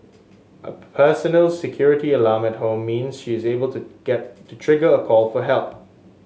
a personal security alarm at home means she is able to get to trigger a call for help